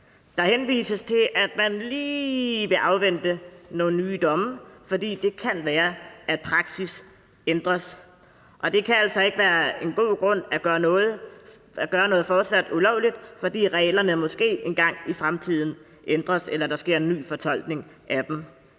Der henvises til, at man lige vil afvente nogle nye domme, fordi det kan være, at praksis ændres. Det kan altså ikke være en god grund til at gøre noget fortsat ulovligt, at reglerne måske engang i fremtiden ændres eller der sker en ny fortolkning af dem.